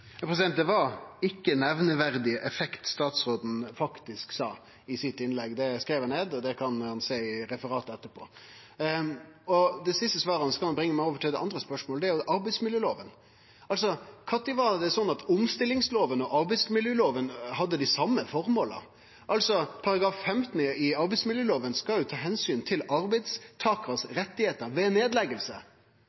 Det var ikkje nemneverdig effekt statsråden faktisk sa i sitt innlegg. Det skreiv eg ned, og det kan han sjå i referatet etterpå. Det siste svaret kan bringe meg over til det andre spørsmålet, og det er om arbeidsmiljølova. Når var det slik at omstillingslova og arbeidsmiljølova hadde dei same formåla? Paragraf 15 i arbeidsmiljølova skal jo ta omsyn til